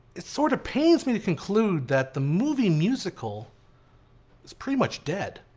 it sort of pains me to conclude that the movie musical is pretty much dead.